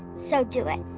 so do it!